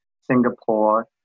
Singapore